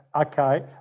okay